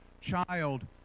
child